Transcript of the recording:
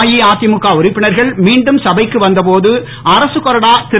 அஇஅதிமுக உறுப்பினர்கள் மீண்டும் சபைக்கு வந்தபோது அரசு கொறடா திரு